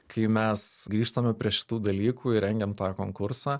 kai mes grįžtame prie šitų dalykų ir rengiam tą konkursą